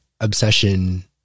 obsession